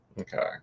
okay